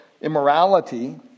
immorality